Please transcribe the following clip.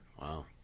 Wow